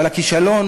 אבל הכישלון